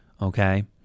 okay